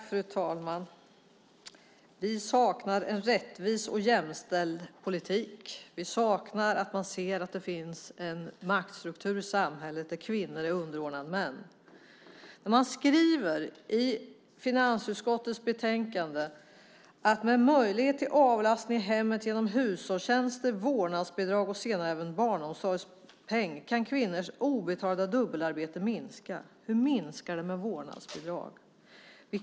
Fru talman! Vi saknar en rättvis och jämställd politik. Vi saknar att man ser att det finns en maktstruktur i samhället där kvinnor är underordnade män. Man skriver i finansutskottets betänkande att med möjlighet till avlastning i hemmet genom hushållstjänster, vårdnadsbidrag och senare även barnomsorgspeng kan kvinnors obetalda dubbelarbete minska. Hur minskar det med vårdnadsbidrag?